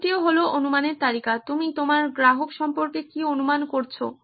পরেরটিও হল অনুমানের তালিকা তুমি তোমার গ্রাহক সম্পর্কে কী অনুমান করেছো